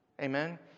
Amen